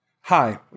Hi